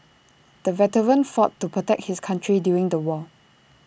the veteran fought to protect his country during the war